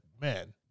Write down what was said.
man